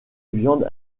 viande